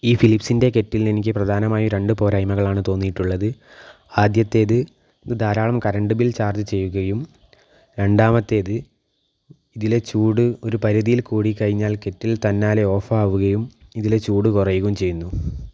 ഈ ഫിലിപ്സിൻ്റെ കെറ്റിലിൽ നിന്നും പ്രധാനമായിട്ട് എനിക്ക് രണ്ട് പോരായ്മകളാണ് തോന്നിയിട്ടുള്ളത് ആദ്യത്തേത് ഇത് ധാരാളം കറണ്ട് ബിൽ ചാർജ് ചെയ്യുകയും രണ്ടാമത്തേത് ഇതിലെ ചൂട് ഒരു പരിധിയിൽ കൂടിക്കഴിഞ്ഞാൽ കെറ്റിൽ തന്നാലേ ഓഫാക്കുകയും ഇതിലെ ചൂട് കുറയുകയും ചെയ്യുന്നു